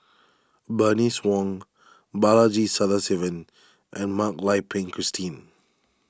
Bernice Wong Balaji Sadasivan and Mak Lai Peng Christine